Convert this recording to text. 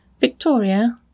Victoria